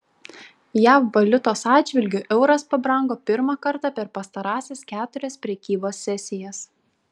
jav valiutos atžvilgiu euras pabrango pirmą kartą per pastarąsias keturias prekybos sesijas